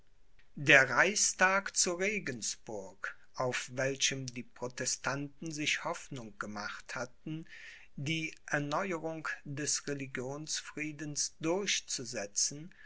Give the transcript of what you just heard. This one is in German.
der reichstag zu regensburg auf welchem die protestanten sich hoffnung gemacht hatten die erneuerung des religionsfriedens durchzusetzen